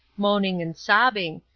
moaning and sobbing,